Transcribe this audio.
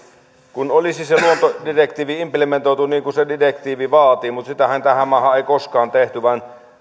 kun olisi se luontodirektiivi implementoitu niin kuin se direktiivi vaati mutta sitähän tähän maahan ei koskaan tehty vaan